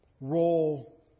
role